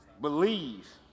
believe